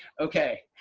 okay.